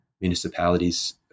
municipalities